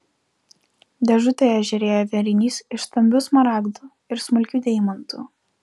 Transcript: dėžutėje žėrėjo vėrinys iš stambių smaragdų ir smulkių deimantų